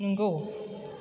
नंगौ